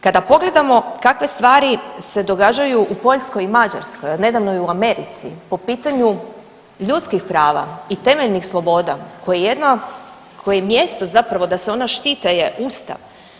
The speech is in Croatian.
Kada pogledamo kakve stvari se događaju u Poljskoj i Mađarskoj od nedavno i u Americi po pitanju ljudskih prava i temeljnih sloboda koje jedna, koje je mjesto zapravo da se ona štite je Ustav.